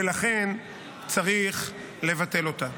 ולכן צריך לבטל אותה.